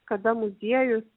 kada muziejus